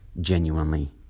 genuinely